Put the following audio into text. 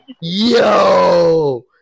Yo